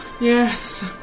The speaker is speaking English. Yes